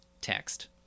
text